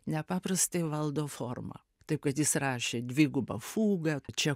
nepaprastai valdo formą taip kad jis rašė dvigubą fugą čia